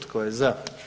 Tko je za?